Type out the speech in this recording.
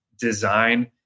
design